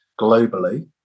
globally